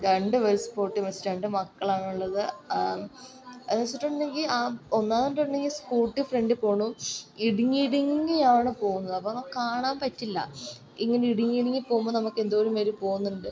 രണ്ട് പേരും സ്പോട്ടിൽ മരിച്ചു രണ്ട് മക്കളാണുള്ളത് അതെന്ന് വെച്ചിട്ടുണ്ടെങ്കിൽ ആ ഒന്നാമത് പറഞ്ഞിട്ടുണ്ടെങ്കിൽ സ്കൂട്ടി ഫ്രണ്ടിൽ പോണു ഇടുങ്ങി ഇടുങ്ങിയാണ് പോകുന്നത് അപ്പം നമുക്ക് കാണാൻ പറ്റില്ല ഇങ്ങനെ ഇടുങ്ങി ഇടുങ്ങി പോകുമ്പം നമുക്ക് എന്തോരം പേർ പോകുന്നുണ്ട്